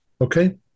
Okay